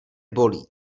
bolí